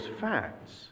facts